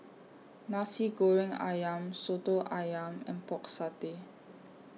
Nasi Goreng Ayam Soto Ayam and Pork Satay